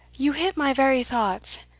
you hit my very thoughts!